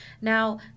Now